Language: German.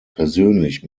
persönlich